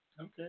Okay